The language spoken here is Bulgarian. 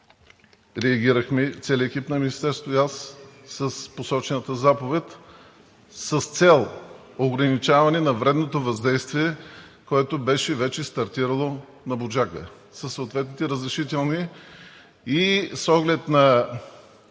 реагирахме – целият екип на Министерството и аз, с посочената заповед, с цел ограничаване на вредното въздействие, което беше вече стартирало на „Буджака“ със съответните разрешителни и с оглед на